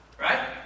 Right